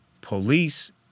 police